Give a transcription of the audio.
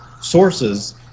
sources